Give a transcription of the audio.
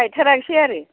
गायथाराखैसै आरो